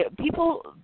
people –